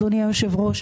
אדוני יושב הראש,